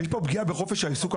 יש פה פגיעה בחופש העיסוק,